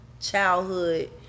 childhood